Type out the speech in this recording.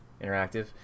Interactive